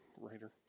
writer